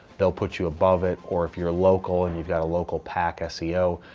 they'll put you above it. or if you're local, and you've got a local pack ah seo,